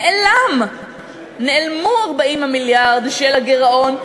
נעלמו 40 המיליארד של הגירעון,